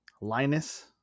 linus